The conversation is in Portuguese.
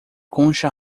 concha